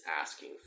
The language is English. asking